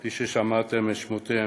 כפי ששמעתם את שמותיהם,